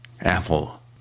Apple